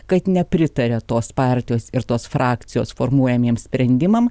kad nepritaria tos partijos ir tos frakcijos formuojamiem sprendimam